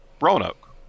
Roanoke